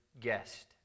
guest